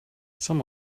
some